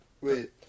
Wait